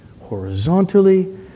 horizontally